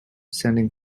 sending